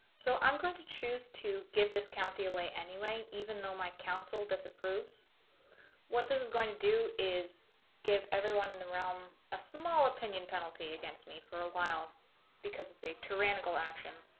so i'm going to choose to give this county away anyway even though my council disapproves what this is going to do is give everyone in the realm a small opinion penalty against me for a while because it's a tyrannical action